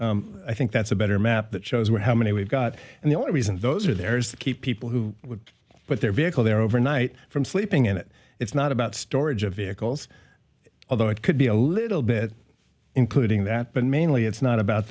i think that's a better map that shows where how many we've got and the only reason those are there is to keep people who would but their vehicle there overnight from sleeping in it it's not about storage of vehicles although it could be a little bit including that but mainly it's not about